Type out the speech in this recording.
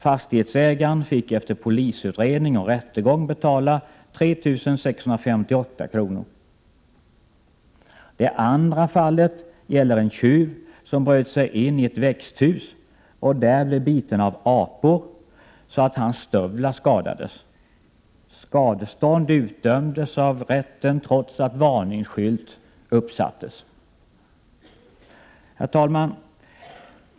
Fastighetsägaren får efter polisutredning och rättegång betala 3 658 kr. I det andra fallet gäller det en tjuv som brutit sig in i ett växthus och där blivit biten av apor, så att hans stövlar skadats. Skadestånd utdöms av rätten, trots att varningsskylt hade uppsatts. Herr talman!